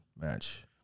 Match